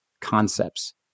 concepts